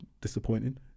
disappointing